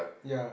ya